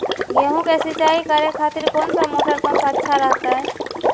गेहूं के सिंचाई करे खातिर कौन सा मोटर पंप अच्छा रहतय?